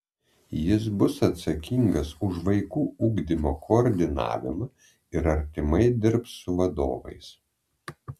jis bus atsakingas už vaikų ugdymo koordinavimą ir artimai dirbs su vadovais